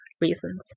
reasons